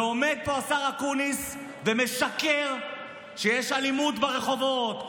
ועומד פה השר אקוניס ומשקר שיש אלימות ברחובות,